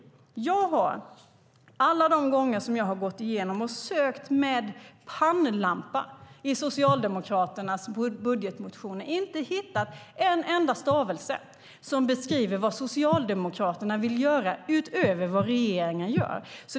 Jag har inte någon av de gånger som jag har gått igenom och sökt med pannlampa i Socialdemokraternas budgetmotioner hittat en enda stavelse som beskriver vad Socialdemokraterna vill göra utöver vad regeringen gör.